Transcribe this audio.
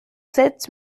sept